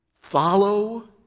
follow